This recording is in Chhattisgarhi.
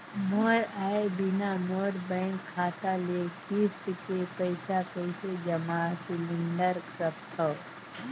मोर आय बिना मोर बैंक खाता ले किस्त के पईसा कइसे जमा सिलेंडर सकथव?